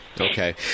Okay